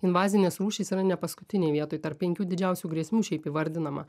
invazinės rūšys yra ne paskutinėj vietoj tarp penkių didžiausių grėsmių šiaip įvardinama